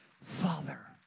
father